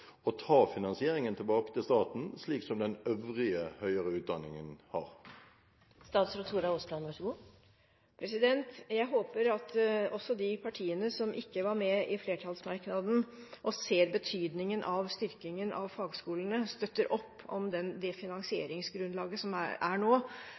ta finansieringen tilbake til staten, slik den øvrige høyere utdanningen har? Jeg håper at også de partiene som ikke var med i flertallsmerknaden, og som ser betydningen av styrkingen av fagskolene, støtter opp om